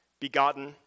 begotten